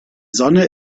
sonne